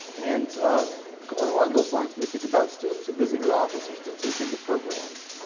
and ah going along those lines, we think about students who visit your office or students who attend your programs,